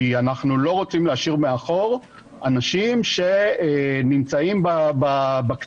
כי אנחנו לא רוצים להשאיר מאחור אנשים שנמצאים בקצוות.